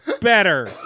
better